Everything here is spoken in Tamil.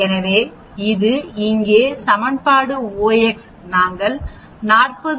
எனவே இது இங்கே சமன்பாடுOX நாங்கள் 40